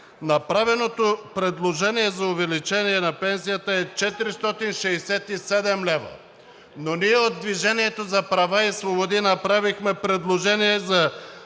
Направеното предложение за увеличение на пенсията е 467 лв., но ние от „Движение за права и свободи“ направихме предложение за